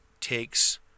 takes